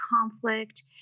conflict